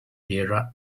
tierra